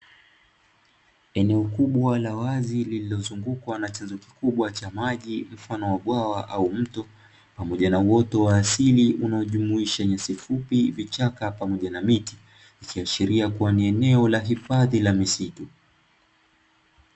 Eneo kubwa la wazi lililozungukwa na chanzo kikubwa cha maji mfano wa bwawa au mto, pamoja na uoto wa asili unaojumuisha nyasi fupi, vichaka pamoja na miti, ikiashiria kuwa ni eneo la hifadhi ya misitu.